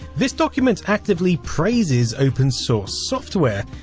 this document actively praises open source software,